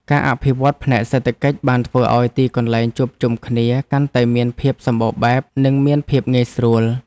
ការអភិវឌ្ឍផ្នែកសេដ្ឋកិច្ចបានធ្វើឱ្យទីកន្លែងជួបជុំគ្នាកាន់តែមានភាពសម្បូរបែប និងមានភាពងាយស្រួល។